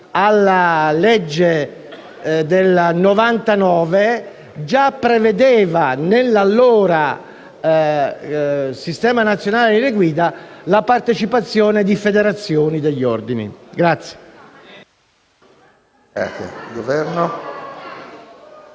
la legge n. 42 del 1999 già prevedeva, nell'allora sistema nazionale linee guida, la partecipazione di federazioni degli ordini.